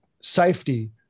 safety